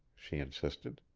she insisted.